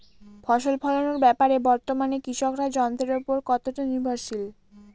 ফসল ফলানোর ব্যাপারে বর্তমানে কৃষকরা যন্ত্রের উপর কতটা নির্ভরশীল?